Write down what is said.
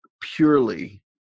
purely